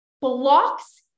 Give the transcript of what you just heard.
blocks